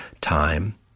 time